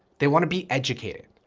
they want to be educated.